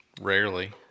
Rarely